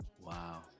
Wow